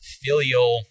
filial